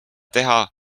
teha